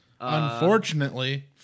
Unfortunately